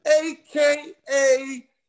AKA